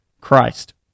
Christ